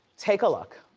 take a look.